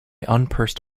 unpursed